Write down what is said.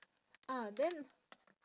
ah then